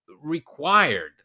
required